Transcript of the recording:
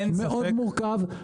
מאוד מורכב,